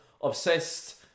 obsessed